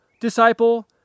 disciple